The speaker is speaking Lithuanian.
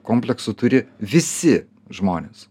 kompleksų turi visi žmonės